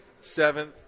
seventh